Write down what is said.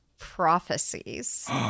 prophecies